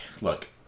look